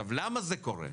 למה זה קורה?